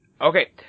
Okay